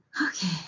Okay